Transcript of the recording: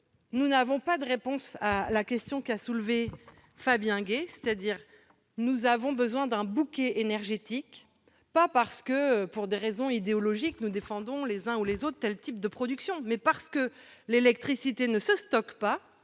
toujours une réponse à la question soulevée par Fabien Gay. Nous avons besoin d'un bouquet énergétique, non pas parce que, pour des raisons idéologiques, nous défendrions les uns et les autres tel ou tel type de production, mais parce que l'électricité ne se stocke pas.